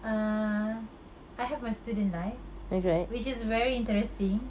err I have my student life which is very interesting